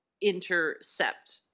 intercept